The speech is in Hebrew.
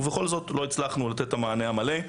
ובכל זאת לא הצלחנו לתת את המענה המלא.